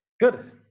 Good